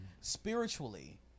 Spiritually